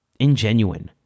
ingenuine